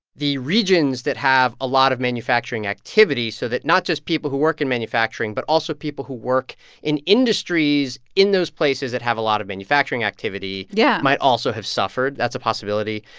the regions that have a lot of manufacturing activity so that not just people who work in manufacturing but also people who work in industries in those places that have a lot of manufacturing activity. yeah. might also have suffered. that's a possibility.